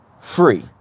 free